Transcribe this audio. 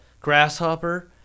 grasshopper